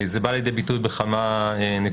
זה בא לידי ביטוי בכמה נקודות,